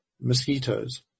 mosquitoes